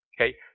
Okay